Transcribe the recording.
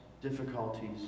difficulties